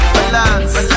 Balance